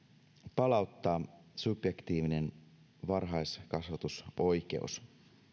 palauttaa subjektiivinen varhaiskasvatusoikeus